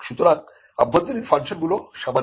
সুতরাং অভ্যন্তরীণ ফাংশন গুলো সামান্য